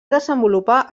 desenvolupar